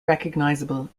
recognizable